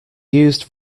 used